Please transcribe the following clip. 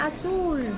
Azul